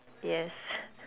yes